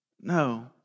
No